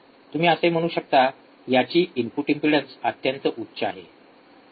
तुम्ही असे म्हणू शकता याची इनपुट इम्पेडन्स अत्यंत उच्च आहे